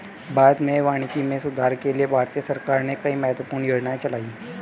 भारत में वानिकी में सुधार के लिए भारतीय सरकार ने कई महत्वपूर्ण योजनाएं चलाई